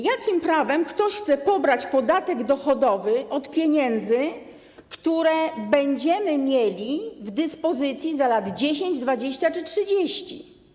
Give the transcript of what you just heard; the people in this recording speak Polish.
Jakim prawem ktoś chce pobrać podatek dochodowy od pieniędzy, które będziemy mieli w dyspozycji za lat 10, 20 czy 30?